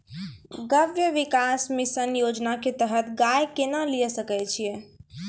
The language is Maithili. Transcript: गव्य विकास मिसन योजना के तहत गाय केना लिये सकय छियै?